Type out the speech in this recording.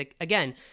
again